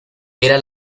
era